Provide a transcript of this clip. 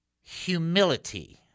humility